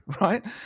right